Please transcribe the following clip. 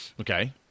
Okay